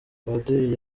padiri